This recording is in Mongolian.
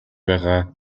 байгаа